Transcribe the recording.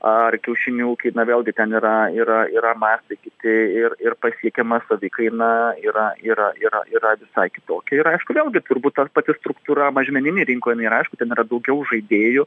ar kiaušinių ūkiai na vėlgi ten yra yra yra mastai kiti ir ir pasiekiama savikaina yra yra yra yra visai kitokia ir aišku vėlgi turbūt ta pati struktūra mažmeninėj rinkoj jinai yra aišku ten yra daugiau žaidėjų